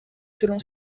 selon